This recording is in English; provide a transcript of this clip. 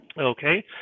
okay